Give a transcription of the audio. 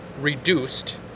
reduced